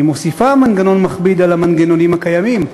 היא מוסיפה מנגנון מכביד על המנגנונים הקיימים,